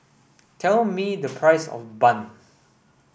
tell me the price of bun